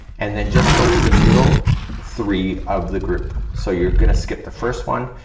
and then just go to the middle three of the group so you're gonna skip the first one,